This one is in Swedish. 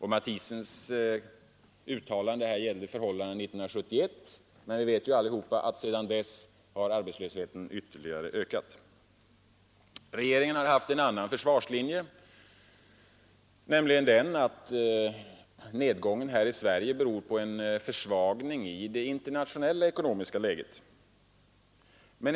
Matthiessens uttalande gäller förhållandena 1971, men vi vet alla att arbetslösheten sedan dess ytterligare ökat. Regeringen har också haft en annan försvarslinje, nämligen den att nedgången här i Sverige beror på en försvagning i det internationella ekonomiska läget.